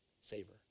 Savor